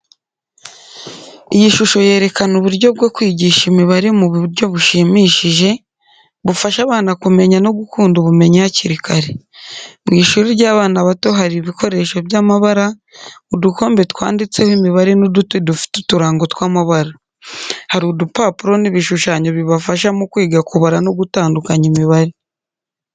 Iyi shusho yerekana uburyo bwo kwigisha imibare mu buryo bushimishije, bufasha abana kumenya no gukunda ubumenyi hakiri kare. Mu ishuri ry’abana bato, hari ibikoresho by’amabara, udukombe twanditseho imibare n’uduti dufite uturango tw’amabara. Hari udupapuro n’ibishushanyo bibafasha mu kwiga kubara no gutandukanya imibare.